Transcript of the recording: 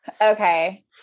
okay